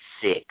six